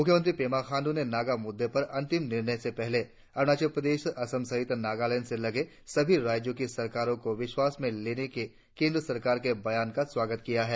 मुख्यमंत्री पेमा खांडू ने नगा मुद्दे पर अंतिम निर्णय से पहले अरुणाचल प्रदेश असम सहित नागालैंड से लगे भी सभी राज्यों की सरकारों को विश्वास में लेने के केंद्र सरकार के बयान का स्वागत किया है